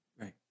Right